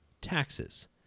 taxes